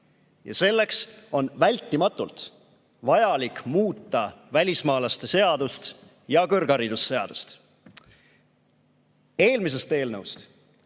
Selleks on vältimatult vajalik muuta välismaalaste seadust ja kõrgharidusseadust. Eelmisest eelnõust